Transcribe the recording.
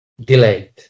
delayed